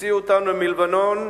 הוציאה אותנו מלבנון,